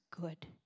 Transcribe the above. good